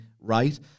right